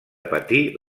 patir